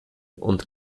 und